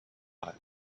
heart